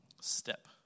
Step